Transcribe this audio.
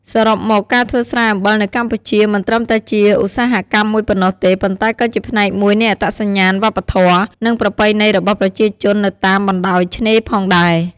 សរុបមក ការធ្វើស្រែអំបិលនៅកម្ពុជាមិនត្រឹមតែជាឧស្សាហកម្មមួយប៉ុណ្ណោះទេ ប៉ុន្តែក៏ជាផ្នែកមួយនៃអត្តសញ្ញាណវប្បធម៌ និងប្រពៃណីរបស់ប្រជាជននៅតាមបណ្ដោយឆ្នេរផងដែរ។